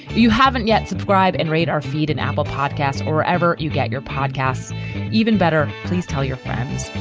you haven't yet subscribe and read our feed and apple podcast or ever. you get your podcasts even better. please tell your friends.